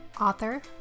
author